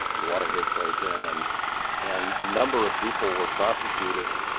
the watergate break in. and and a number of people were prosecuted,